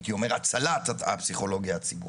והצלת הפסיכולוגיה הציבורית.